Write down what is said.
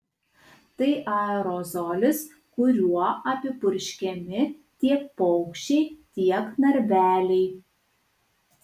tai aerozolis kuriuo apipurškiami tiek paukščiai tiek narveliai